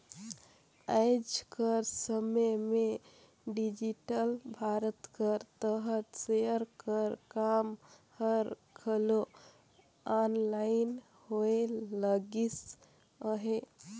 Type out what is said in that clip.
आएज कर समे में डिजिटल भारत कर तहत सेयर कर काम हर घलो आनलाईन होए लगिस अहे